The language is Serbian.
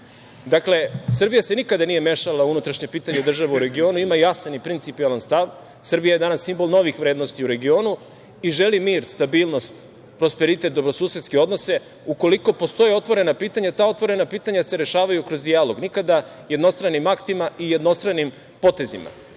Dakle, Srbija se nikada nije mešala u unutrašnje pitanje država u regionu, ima jasan i principijelan stav, Srbija je danas simbol novih vrednosti u regionu i želi mir, stabilnost, prosperitet, dobrosusedske odnose. Ukoliko postoje otvorena pitanja, ta pitanje se rešavaju kroz dijalog, nikada jednostranim aktima i jednostranim potezima. Mnogo